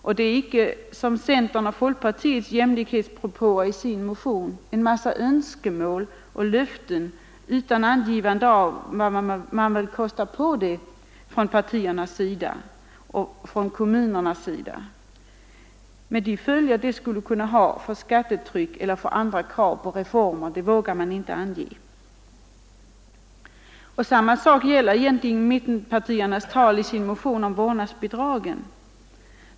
Det är icke, som centerns och folkpartiets jämlikhetspropåer, en massa önskemål och löften utan angivande av vad man vill kosta på från statens och kommunernas budget. Men de följder det kan ha för skattetrycket eller för andra krav på reformer vågar man inte ange. Samma sak gäller egentligen om mittenpartiernas tal om vårdnadsbidrag.